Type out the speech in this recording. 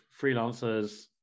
freelancers